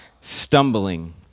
stumbling